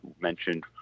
mentioned